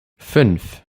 fünf